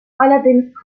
allerdings